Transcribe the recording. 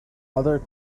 other